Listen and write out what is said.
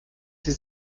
sie